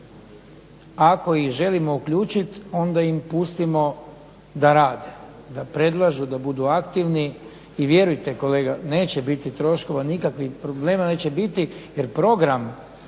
Ako ih želimo uključit onda im pustimo da rade, da predlažu, da budu aktivni i vjerujte kolega neće biti troškova, nikakvih problema neće biti jer program